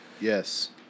yes